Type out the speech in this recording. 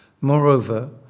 Moreover